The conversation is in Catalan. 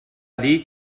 dir